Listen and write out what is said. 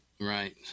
Right